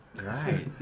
Right